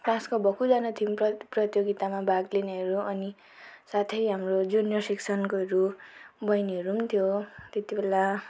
क्लासको भक्कुजना थियौँ प्रत प्रतियोगितामा भाग लिनेहरू अनि साथै हाम्रो जुनियर सेक्सनकाहरू बेैनीहरू पनि थिए त्यति बेला